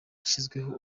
yashyizweho